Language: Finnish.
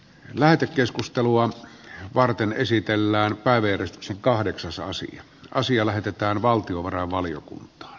lähetekeskustelua varten esitellään päivitys kahdeksasosia talousarvioaloite lähetetään valtiovarainvaliokuntaan